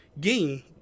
game